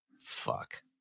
Fuck